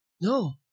No